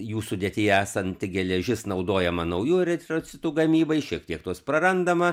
jų sudėty esanti geležis naudojama naujų eritrocitų gamybai šiek tiek tos prarandama